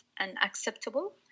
unacceptable